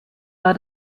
war